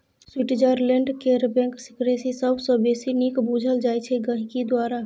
Switzerland केर bank secrecy सबसँ बेसी नीक बुझल जाइ छै गांहिकी द्वारा